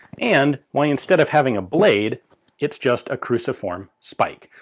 and why instead of having a blade it's just a cruciform spike.